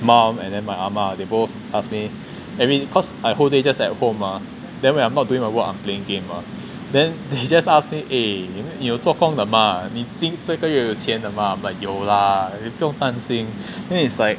mom and then my 阿麻 they both asked me I mean cause I whole day just at home mah then when I'm not doing my work I'm playing game mah then they just ask me eh 你有做工的 mah 你这个月有钱的 mah then I'm like 有 lah 不用担心